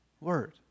Word